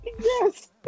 yes